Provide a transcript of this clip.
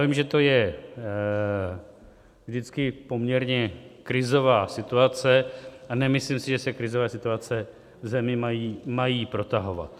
Vím, že to je vždycky poměrně krizová situace, a nemyslím si, že se krizové situace v zemi mají protahovat.